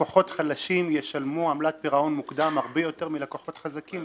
לקוחות חלשים ישלמו עמלת פירעון מוקדם הרבה יותר מאשר לקוחות חזקים,